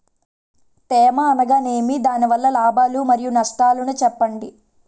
తేమ అనగానేమి? దాని వల్ల లాభాలు మరియు నష్టాలను చెప్పండి?